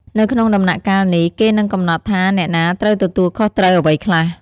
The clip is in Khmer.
នៅក្នុងដំណាក់កាលនេះ គេនឹងកំណត់ថាអ្នកណាត្រូវទទួលខុសត្រូវអ្វីខ្លះ។